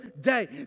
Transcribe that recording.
day